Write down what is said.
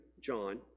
John